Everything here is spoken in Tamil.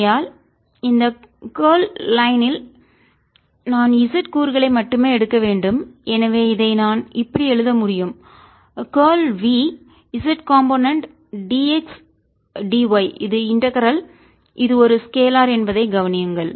ஆகையால் இந்த கார்ல் லைன் ல் நான் z கூறுகளை மட்டுமே எடுக்க வேண்டும் எனவே இதை நான் இப்படி எழுத முடியும் curl v z component d x d y இது இன்டகரல் இது ஒரு ஸ்கேலார் என்பதை கவனியுங்கள்